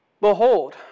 Behold